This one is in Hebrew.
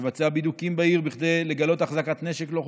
לבצע בידוקים בעיר כדי לגלות החזקת נשק לא חוקי,